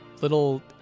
little